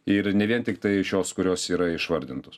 ir ne vien tiktai šios kurios yra išvardintos